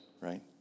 right